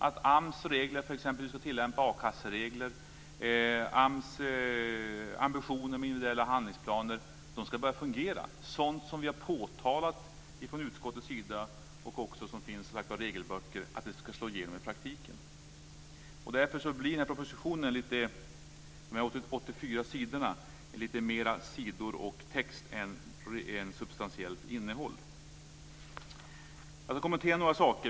Det gäller t.ex. att få AMS tillämpning av a-kasseregler och AMS ambitioner för individuella handlingsplaner att börja fungera. Det gäller att åtgärda brister som vi från utskottets sida har påtalat och att få regler att slå igenom i praktiken. De 84 sidorna text i propositionen har ganska lite substantiellt innehåll. Jag vill kommentera några saker.